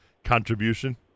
Contribution